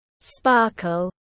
Sparkle